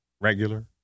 regular